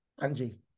Angie